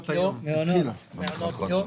למרות שזה בתהליך של העברה למשרד אחר, כל הכלים,